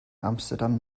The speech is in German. amsterdam